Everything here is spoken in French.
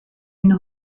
une